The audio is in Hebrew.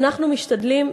אנחנו משתדלים,